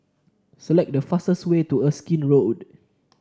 select the fastest way to Erskine Road